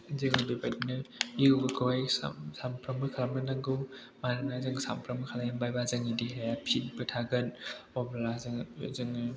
जोङो बेबायदिनो य'गाखौहाय सानफ्रोमबो खालामनो नांगौ मानोना जोङो सानफ्रोमबो खालामोबा जोंनि देहाया फिटबो थागोन अब्ला जोङो